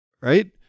right